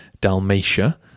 Dalmatia